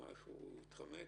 איך הוא התחמק?